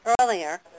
earlier